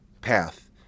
path